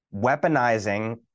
weaponizing